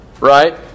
right